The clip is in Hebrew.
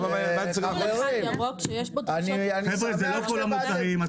למה --- אלה לא כל המוצרים.